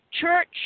Church